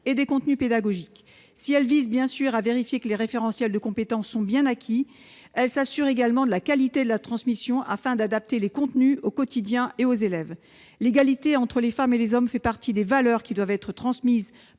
et des contenus pédagogiques. Si elle vise bien évidemment à vérifier que les référentiels de compétences ont bien été acquis, elle s'assure également de la qualité de la transmission, afin d'adapter les contenus au quotidien et aux élèves. L'égalité entre les femmes et les hommes fait partie des valeurs qui doivent être transmises